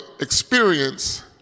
experience